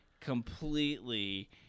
completely